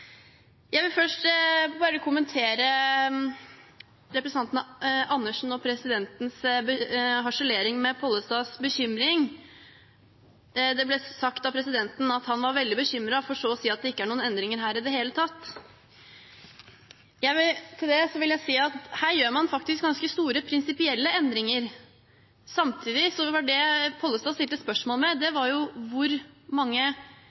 jeg har tatt. Jeg vil først kommentere representanten Karin Andersens og stortingspresidentens harselering med representanten Pollestads bekymring. Det ble sagt av stortingspresidenten at han var veldig bekymret, for så å si at det ikke var noen endringer her i det hele tatt. Til det vil jeg si at her gjør man faktisk ganske store prinsipielle endringer. Det som Pollestad satte spørsmålstegn ved, var